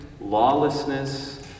lawlessness